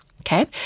okay